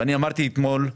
ואני אמרתי אתמול,